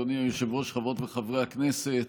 אדוני היושב-ראש, חברות וחברי הכנסת,